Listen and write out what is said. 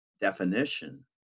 definition